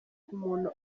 umuntu